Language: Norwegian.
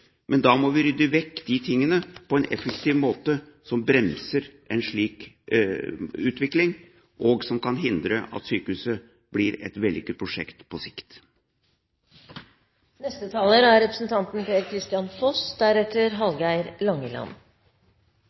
Men da må vi på en effektiv måte rydde vekk de tingene som bremser en slik utvikling, og som kan hindre at sykehuset blir et vellykket prosjekt på sikt.